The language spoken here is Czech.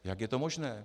Jak je to možné?